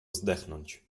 zdechnąć